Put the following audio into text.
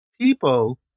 people